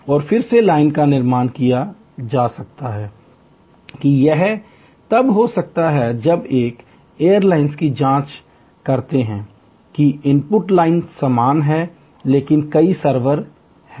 और फिर से लाइन का निर्माण किया जा सकता है कि यह तब हो सकता है जब हम एयरलाइन की जाँच करते हैं कि इनपुट लाइन समान है लेकिन कई सर्वर हैं